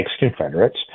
ex-Confederates